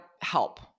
help